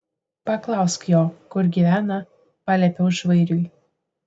paklausk jo kur gyvena paliepiau žvairiui